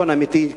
ביטחון אמיתי,